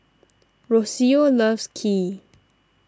Rocio loves Kheer